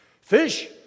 Fish